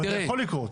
אבל זה יכול לקרות.